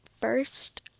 first